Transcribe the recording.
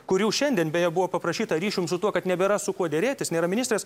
kurių šiandien beje buvo paprašyta ryšium su tuo kad nebėra su kuo derėtis nėra ministrės